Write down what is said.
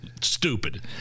Stupid